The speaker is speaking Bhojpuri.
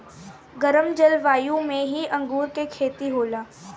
गरम जलवायु में ही अंगूर के खेती होला